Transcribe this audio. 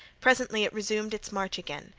presently it resumed its march again,